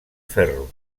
ferro